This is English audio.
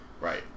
Right